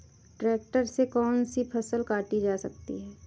Tractor से कौन सी फसल काटी जा सकती हैं?